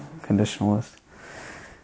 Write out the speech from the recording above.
conditionalist